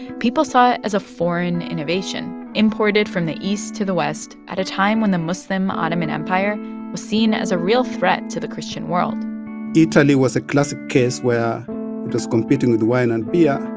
people saw it as a foreign innovation imported from the east to the west at a time when the muslim ottoman empire was seen as a real threat to the christian world italy was a classic case where it was competing with wine and beer.